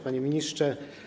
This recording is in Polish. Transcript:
Panie Ministrze!